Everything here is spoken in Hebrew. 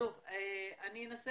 אני אנסה